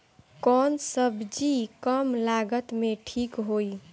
कौन सबजी कम लागत मे ठिक होई?